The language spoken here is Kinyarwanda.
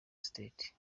state